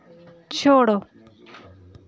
छोड़ो